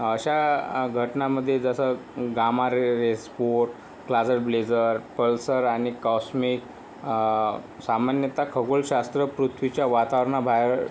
अशा घटनांमध्ये जसं गामा रे रेझ स्पोट क्लाजर ब्लेजर पल्सर आणि कॉस्मिक सामान्यत खगोलशास्त्र पृथ्वीच्या वातावरणाबाहेर